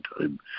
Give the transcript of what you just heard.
time